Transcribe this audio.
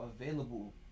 available